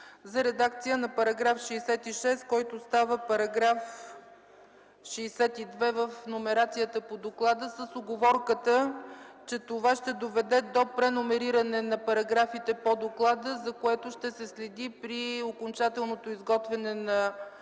за редакция на § 66, който става § 62 в номерацията по доклада, с уговорката, че това ще доведе до преномериране на параграфите по доклада, за което ще се следи при окончателното изготвяне на